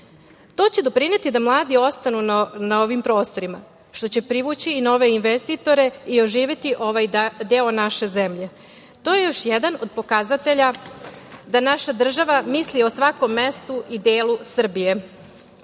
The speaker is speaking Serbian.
će doprineti da mladi ostanu na ovim prostorima, što će privući i nove investitore i oživeti ovaj deo naše zemlje. To je još jedan od pokazatelja da naša država misli o svakom mestu i delu Srbije. Moram